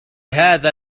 هذا